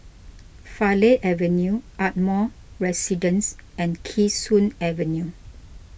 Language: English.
Farleigh Avenue Ardmore Residence and Kee Sun Avenue